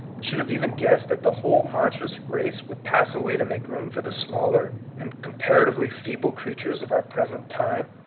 should have even guessed that the whole monstrous race would pass away to make room for the smaller and compara tively feeble creatures of our present time?